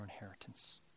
inheritance